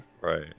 Right